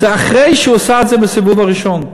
וזה אחרי שהוא עשה את זה בסיבוב הראשון?